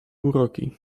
uroki